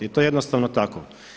I to je jednostavno tako.